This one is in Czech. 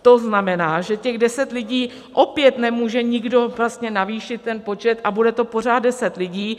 To znamená, že těch deset lidí... opět nemůže nikdo vlastně navýšit ten počet a bude to pořád deset lidí.